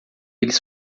eles